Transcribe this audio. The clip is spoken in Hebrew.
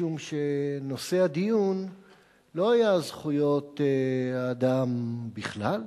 משום שנושא הדיון לא היה זכויות האדם בכלל,